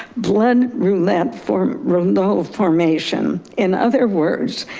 blend room lamp for room the whole formation. in other words,